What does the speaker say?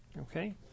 Okay